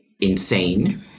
insane